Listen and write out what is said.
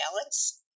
balance